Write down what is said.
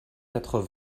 quatre